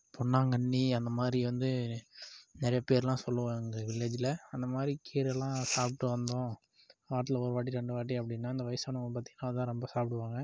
பொன்னாக்கன்னி அந்த மாதிரி வந்து நிறைய பேரெலாம் சொல்லுவாங்க வில்லேஜ்ஜில் அந்த மாதிரி கீரைலாம் சாப்பிட்டு வந்தோம் வாரத்தில் ஒரு வாட்டி ரெண்டு வாட்டி அப்படின்னா அந்த வயதானவங்க பார்த்திங்னா அதுதான் ரொம்ப சாப்பிடுவாங்க